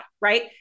Right